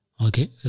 Okay